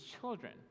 children